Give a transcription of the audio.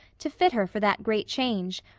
to fit her for that great change,